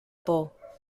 por